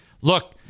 look